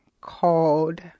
called